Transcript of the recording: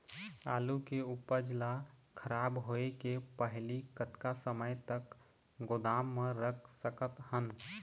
आलू के उपज ला खराब होय के पहली कतका समय तक गोदाम म रख सकत हन?